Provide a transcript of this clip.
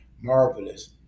marvelous